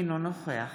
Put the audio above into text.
אינו נוכח